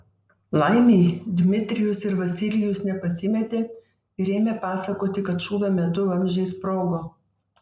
laimei dmitrijus ir vasilijus nepasimetė ir ėmė pasakoti kad šūvio metu vamzdžiai sprogo